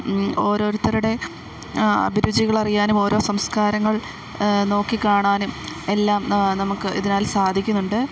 ഓരോരുത്തരുടെ അഭിരുചികളറിയാനും ഓരോ സംസ്കാരങ്ങൾ നോക്കിക്കാണാനും എല്ലാം നമുക്ക് ഇതിനാൽ സാധിക്കുന്നുണ്ട്